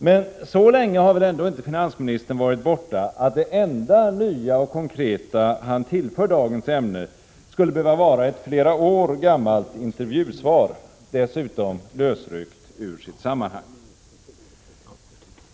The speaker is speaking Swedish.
Men så länge har väl ändå inte finansministern varit borta att det enda nya och konkreta han tillför dagens ämne skulle behöva vara ett flera år gammalt intervjusvar, dessutom lösryckt ur sitt sammanhang.